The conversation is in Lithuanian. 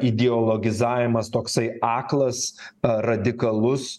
ideologizavimas toksai aklas radikalus